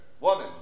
Woman